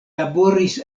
laboris